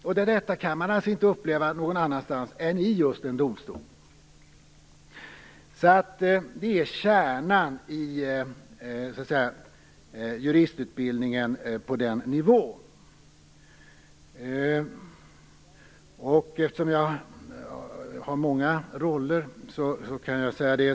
Detta kan man inte uppleva någon annanstans än i en domstol. Detta är kärnan i juristutbildningen på den nivån. Jag har många roller.